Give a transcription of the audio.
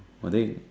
oh then